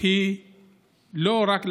היא לא רק לממשלה,